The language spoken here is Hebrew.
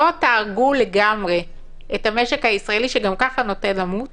לא תהרגו לגמרי את המשק הישראלי שגם ככה נוטה למות